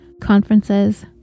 conferences